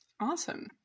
Awesome